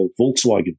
Volkswagen